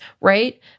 right